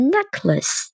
Necklace